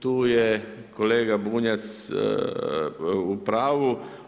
Tu je kolega Bunjac u pravu.